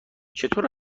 چطور